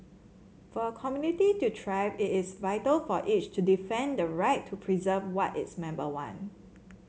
for a community to thrive it is vital for each to defend the right to preserve what its member want